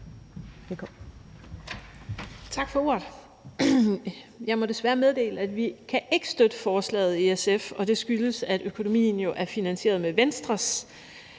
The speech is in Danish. Tak for ordet. Jeg må desværre meddele, at vi ikke kan støtte forslaget i SF, og det skyldes, at økonomien jo er finansieret med Venstres